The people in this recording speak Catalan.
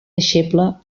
deixeble